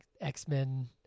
X-Men